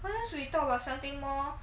why don't we talk about something more